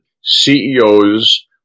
CEOs